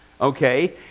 okay